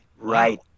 Right